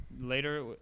Later